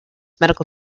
medical